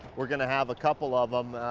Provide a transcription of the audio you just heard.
we're gonna have a couple of them.